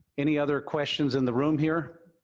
any other questions in the room here?